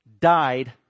died